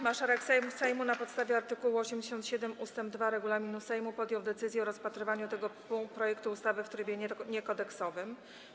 Marszałek Sejmu na podstawie art. 87 ust. 2 regulaminu Sejmu podjął decyzję o rozpatrywaniu tego projektu ustawy w trybie niekodeksowym.